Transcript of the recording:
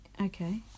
Okay